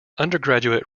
undergraduate